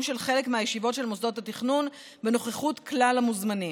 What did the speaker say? של חלק מהישיבות של מוסדות התכנון בנוכחות כלל המוזמנים.